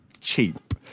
cheap